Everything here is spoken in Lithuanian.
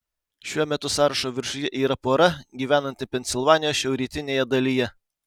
šiuo metu sąrašo viršuje yra pora gyvenanti pensilvanijos šiaurrytinėje dalyje